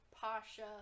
Pasha